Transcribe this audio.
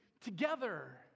together